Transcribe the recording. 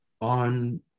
on